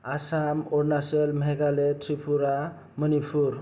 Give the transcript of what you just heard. Assam Arunachal Meghalaya Tripura Manipur